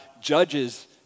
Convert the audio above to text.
judges